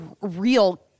real